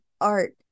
art